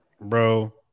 Bro